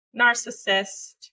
narcissist